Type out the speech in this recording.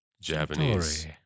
Japanese